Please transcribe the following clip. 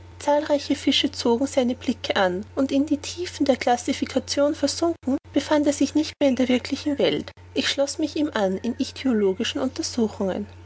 zahlreiche fische zogen seine blicke an und in die tiefen der classification versunken befand er sich nicht mehr in der wirklichen welt ich schloß mich ihm an in ichthyologischen untersuchungen